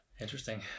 Interesting